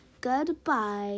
Goodbye